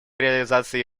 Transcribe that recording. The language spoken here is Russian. реализацией